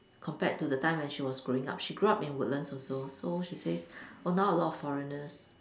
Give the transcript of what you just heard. compared to the time when she was growing up she grew up in Woodlands also so she says oh now a lot of foreigners